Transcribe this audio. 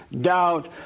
doubt